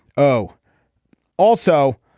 oh also.